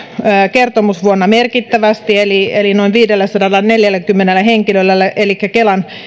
kertomusvuonna merkittävästi eli eli noin viidelläsadallaneljälläkymmenellä henkilöllä elikkä kelan